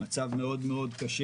מצב מאוד מאוד קשה.